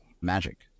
magic